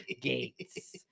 Gates